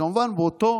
שכמובן באותו